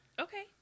Okay